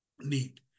need